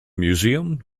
museum